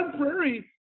Prairie